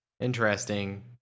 interesting